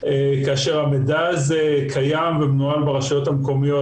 כאשר המידע הזה קיים ומנוהל ברשויות המקומיות.